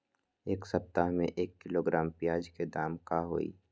एक सप्ताह में एक किलोग्राम प्याज के दाम का होई?